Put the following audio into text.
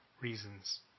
reasons